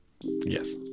Yes